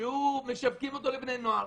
שהם משווקים אותו לבני נוער,